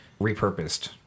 repurposed